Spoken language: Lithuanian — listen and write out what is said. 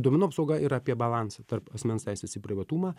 duomenų apsauga yra apie balansą tarp asmens teisės į privatumą